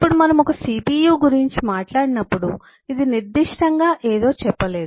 ఇప్పుడు మనము ఒక CPU గురించి మాట్లాడినప్పుడు ఇది నిర్దిష్టంగా ఏదో చెప్పలేదు